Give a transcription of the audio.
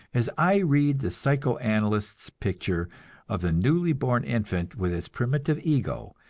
as i read the psycho-analyst's picture of the newly born infant with its primitive ego,